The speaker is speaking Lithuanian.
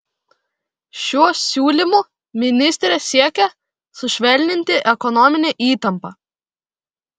šiuo siūlymu ministrė siekia sušvelninti ekonominę įtampą